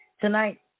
Tonight